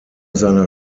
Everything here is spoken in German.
seiner